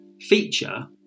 feature